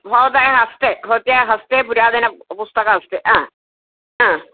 भवतां हस्ते भवत्याः हस्ते पुरातनपुस्तकमस्ति